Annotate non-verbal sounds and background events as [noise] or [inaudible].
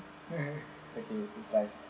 [laughs] okay it's life